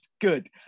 good